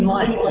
light